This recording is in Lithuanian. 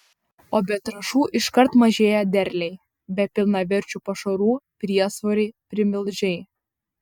o be trąšų iškart mažėja derliai be pilnaverčių pašarų priesvoriai primilžiai